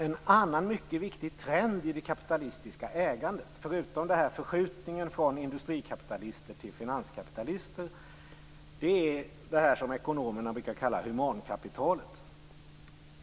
En annan mycket viktig trend i det kapitalistiska ägandet, förutom förskjutningen från industrikapitalister till finanskapitalister, är det som ekonomerna brukar kalla humankapitalet.